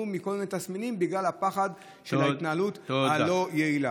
מכל מיני תסמינים בגלל הפחד מההתנהלות הלא-יעילה.